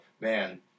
man